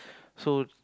so